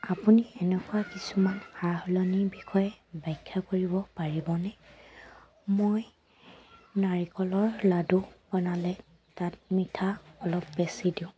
আপুনি এনেকুৱা কিছুমান সা সলনিৰ বিষয়ে বাখ্যা কৰিব পাৰিবনে মই নাৰিকলৰ লাডু বনালে তাত মিঠা অলপ বেছি দিওঁ